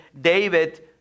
David